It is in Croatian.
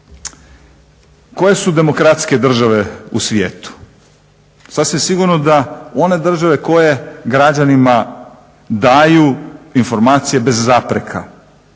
Koje su demokratske države u svijetu? Sasvim sigurno da one države koje građanima daju informacije bez zapreka.